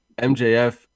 MJF